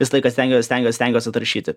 visą laiką stengiuos stengiuos stengiuos atrašyti